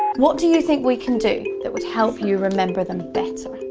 what do you think we can do that will help you remember them better?